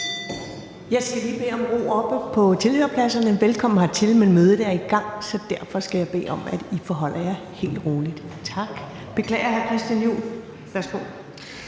Jeg skal lige bede om ro oppe på tilhørerpladserne. Velkommen hertil, men mødet er i gang, så derfor skal jeg bede om, at I forholder jer helt roligt. Tak. Jeg beklager, hr. Christian Juhl. Værsgo.